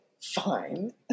Fine